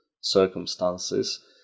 circumstances